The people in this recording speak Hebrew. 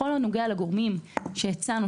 בכל הנוגע לגורמים שהצענו,